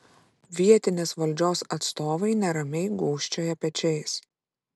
vietinės valdžios atstovai neramiai gūžčioja pečiais